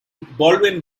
baldwin